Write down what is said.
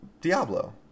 Diablo